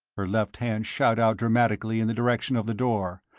her left hand shot out dramatically in the direction of the door,